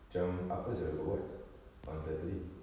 macam apa selalu kau buat on saturday